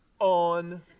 on